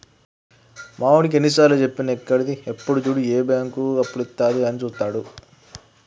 మావోనికి ఎన్నిసార్లుజెప్పినా ఎక్కది, ఎప్పుడు జూడు ఏ బాంకు అప్పులిత్తదా అని జూత్తడు